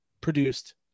produced